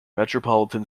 metropolitan